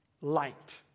light